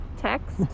text